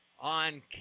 on